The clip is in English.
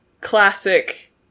classic